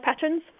patterns